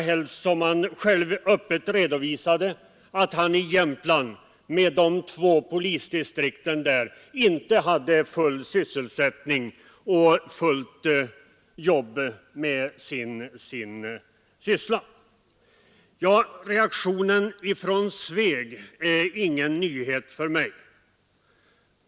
Han redovisade att han inte hade full sysselsättning med de två polisdistrikten i Jämtland. Reaktionen i Sveg är ingen nyhet för mig.